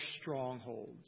strongholds